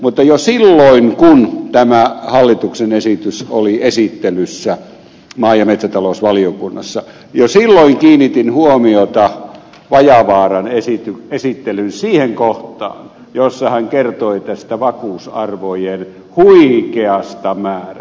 mutta jo silloin kun tämä hallituksen esitys oli esittelyssä maa ja metsätalousvaliokunnassa kiinnitin huomiota vajavaaran esittelyn siihen kohtaan jossa hän kertoi vakuusarvojen huikeasta määrästä